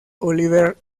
oliver